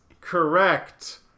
correct